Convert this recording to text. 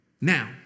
Now